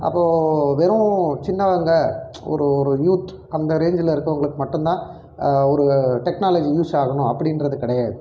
அப்போது வெறும் சின்னவங்க ஒரு ஒரு யூத் அந்த ரேஞ்சில் இருக்கிறவங்களுக்கு மட்டும் தான் ஒரு டெக்னாலஜி யூஸ் ஆகணும் அப்படின்றது கிடையாது